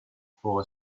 for